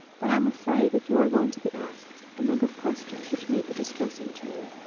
but i'm afraid that you are going to be asked a number of questions which may be distressing to you.